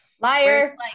Liar